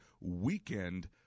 Weekend